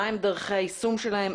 מה הן דרכי היישום שלהן,